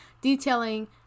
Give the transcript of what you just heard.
detailing